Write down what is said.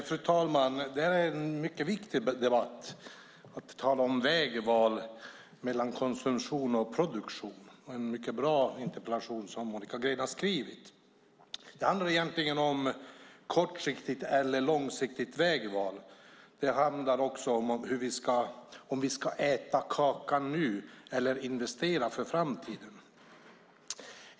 Fru talman! Det är mycket viktigt att tala om vägval mellan konsumtion och produktion. Det är en mycket bra interpellation som Monica Green har skrivit. Det handlar egentligen om kortsiktigt eller långsiktigt vägval. Det handlar också om huruvida vi ska äta kakan nu eller investera för framtiden.